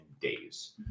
days